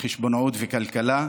חשבונאות וכלכלה,